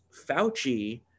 Fauci